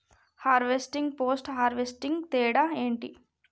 Harvesting, post harvesting తేడా ఏంటి?